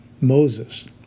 Moses